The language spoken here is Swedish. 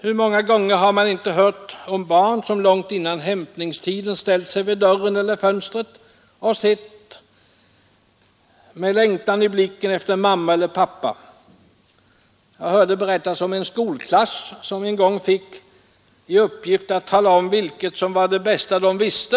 Hur många gånger har man icke hört om barn, som långt innan hämtningstiden ställt sig vid dörren eller fönstret och sett med längtan i blicken efter mamma eller pappa. Det berättas om en skolklass, som en gång fick i uppgift att tala om vilket som var det bästa de visste.